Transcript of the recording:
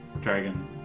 dragon